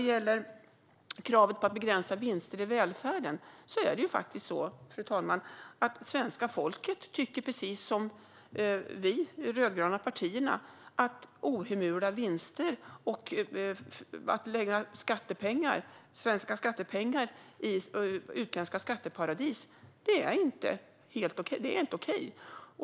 Vad gäller kravet på att begränsa vinster i välfärden tycker svenska folket precis som vi i de rödgröna partierna. Ohemula vinster och att lägga svenska skattepengar i utländska skatteparadis är inte okej.